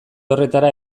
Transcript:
horretara